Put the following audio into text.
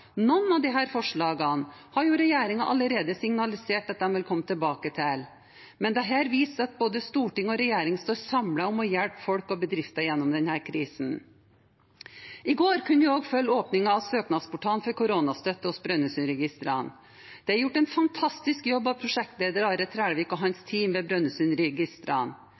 Noen av disse forslagene har jo regjeringen allerede signalisert at den vil komme tilbake til. Men dette viser at både storting og regjering står samlet om å hjelpe folk og bedrifter gjennom denne krisen. I går kunne vi også følge åpningen av søknadsportalen for koronastøtte hos Brønnøysundregistrene. Det er gjort en fantastisk jobb av prosjektleder Are Trælvik og hans team ved